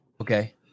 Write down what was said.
Okay